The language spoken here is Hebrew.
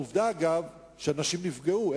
עובדה, אגב, שנשים נפגעו.